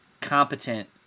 competent